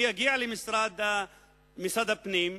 אגיע למשרד הפנים,